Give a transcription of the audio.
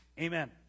amen